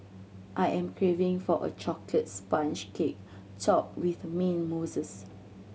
I am craving for a chocolate sponge cake topped with mint mousse